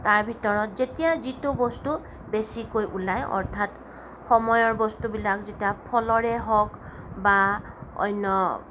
তাৰ ভিতৰত যেতিয়া যিটো বস্তু বেছিকৈ ওলায় অৰ্থাৎ সময়ৰ বস্তুবিলাক যেতিয়া ফলৰে হওঁক বা অন্য